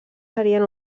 serien